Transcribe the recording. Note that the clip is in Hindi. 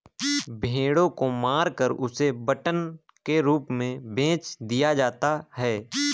भेड़ों को मारकर उसे मटन के रूप में बेच दिया जाता है